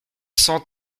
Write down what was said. cent